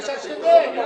אתה צודק.